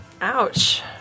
ouch